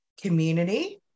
community